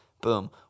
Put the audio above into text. Boom